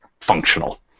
functional